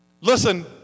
listen